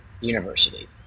University